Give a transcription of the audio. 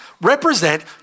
represent